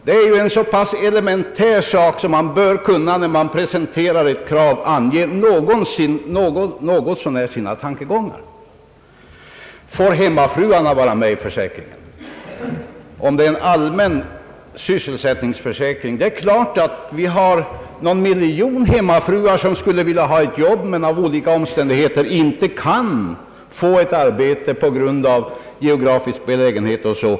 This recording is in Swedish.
Det är en så pass elementär fråga att man bör kunna lämna ett svar på den när man presenterar ett krav. Får hemmafruarna vara med i försäkringen? Skall det vara en allmän sysselsättningsförsäkring? Vi har någon miljon hemmafruar som skulle vilja ha något arbete men som av olika omständigheter inte kan få ett arbete. Det kan bero på geografisk belägenhet eller annat.